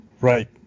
Right